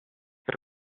per